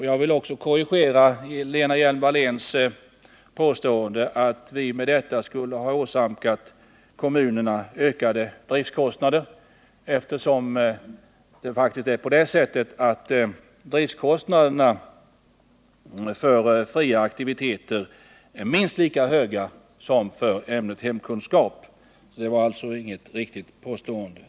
Jag vill också korrigera Lena Hjelm-Walléns påstående att vi med detta skulle ha åsamkat kommunerna ökade driftkostnader, eftersom det faktiskt är på det sättet att driftkostnaderna är minst lika höga för fria aktiviteter som för ämnet hemkunskap. Det var alltså inget riktigt påstående.